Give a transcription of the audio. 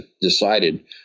decided